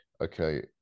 Okay